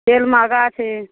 तेल महगा छै